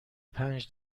پنج